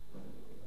היתה לי בעיה קשה,